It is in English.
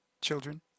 children